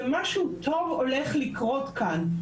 זה משהו טוב הולך לקרות כאן,